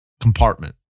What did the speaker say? compartment